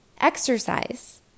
exercise